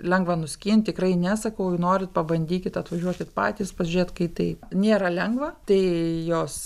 lengva nuskinti tikrai ne sakau jei norit pabandykit atvažiuokit patys pažiūrėt kai tai nėra lengva tai jos